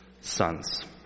sons